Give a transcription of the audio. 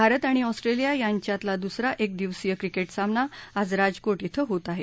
भारत आणि ऑस्ट्रेलिया यांच्यातला दुसरा एकदिवसीय क्रिकेट सामना आज राजकोट ॐ होत आहे